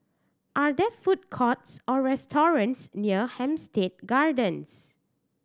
are there food courts or restaurants near Hampstead Gardens